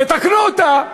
תתקנו אותה.